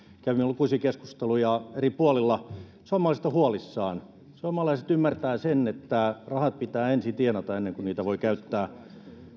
kävimme lukuisia keskusteluja eri puolilla suomalaiset ovat huolissaan suomalaiset ymmärtävät että rahat pitää ensin tienata ennen kuin niitä voi käyttää